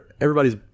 everybody's